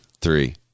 three